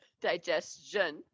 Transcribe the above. digestion